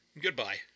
Goodbye